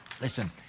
Listen